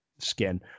skin